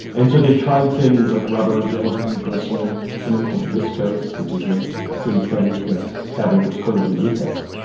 and so they tried things like rubber, gelatin, glycerin, something called viscose, which is a synthetic fabric. it's coated with latex.